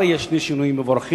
אלה כבר יהיו שני שינויים מבורכים.